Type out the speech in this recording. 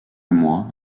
mois